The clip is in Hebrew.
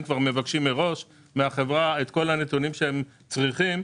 הם כבר מבקשים מראש מהחברה את כל הנתונים שהם צריכים.